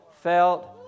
felt